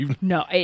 no